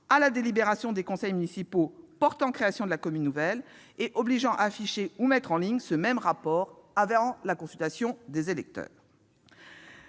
à la délibération des conseils municipaux portant création de la commune nouvelle, et obligeant à afficher ou mettre en ligne ce même rapport avant la consultation des électeurs